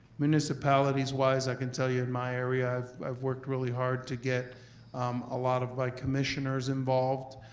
municipalities wise, i can tell you in my area i've i've worked really hard to get a lot of like commissioners involved.